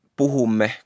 puhumme